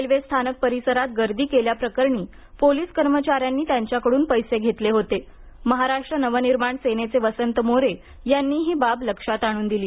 railway स्थानक परिसरात गर्दी केल्या प्रकरणी पोलिस कर्मचाऱ्यांनी त्यांच्याकडून पैसे घेतले होते महाराष्ट्र नव निर्माण सेनेचे वसंत मोरे यांनी ही बाब लक्षात आणून दिली